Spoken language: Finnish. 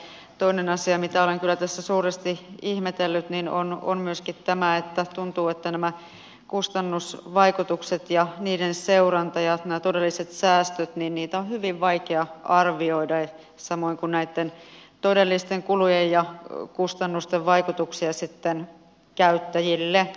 ja toinen asia mitä olen kyllä tässä suuresti ihmetellyt on myöskin tämä että tuntuu että näitä kustannusvaikutuksia niiden seurantaa ja näitä todellisia säästöjä on hyvin vaikea arvioida samoin kuin näitten todellisten kulujen ja kustannusten vaikutuksia sitten käyttäjille